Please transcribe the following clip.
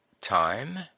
Time